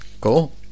Cool